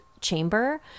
chamber